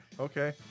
Okay